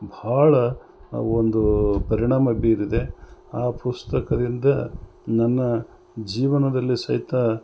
ಭಾಳ ಒಂದು ಪರಿಣಾಮ ಬೀರಿದೆ ಆ ಪುಸ್ತಕದಿಂದ ನನ್ನ ಜೀವನದಲ್ಲಿ ಸಹಿತ